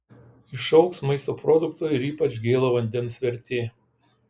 išaugs maisto produktų ir ypač gėlo vandens vertė